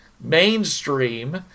mainstream